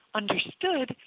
understood